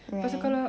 right